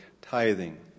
tithing